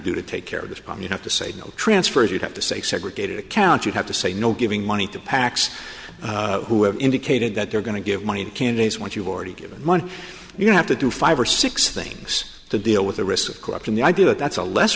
do to take care of this poem you have to say no transfers you have to say segregated account you have to say no giving money to pacs who have indicated that they're going to give money to candidates once you've already given money you have to do five or six things to deal with the risk of corruption the idea that that's a less